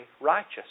righteous